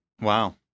Wow